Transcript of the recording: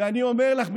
ואני אומר לך,